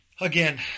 again